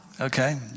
Okay